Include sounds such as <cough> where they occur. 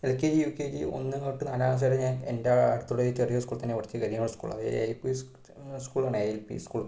L K G U K G ഒന്ന് തൊട്ട് നാലാം ക്ലാസ് വരെ ഞാൻ എൻറടുത്തുള്ള ചെറിയ സ്കൂൾ തന്നെയാ പഠിച്ചത് <unintelligible> സ്കൂൾ അതേ എൽ പി സ്കൂളാണ് എ എൽ പി സ്കൂൾ